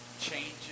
changes